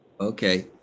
Okay